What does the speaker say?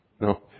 No